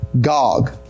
Gog